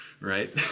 right